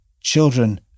Children